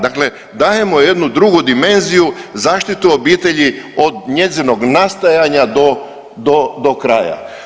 Dakle, dajemo jednu drugu dimenziju zaštitu obitelji od njezinog nastajanja do kraja.